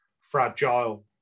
fragile